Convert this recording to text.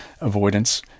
avoidance